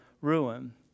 ruin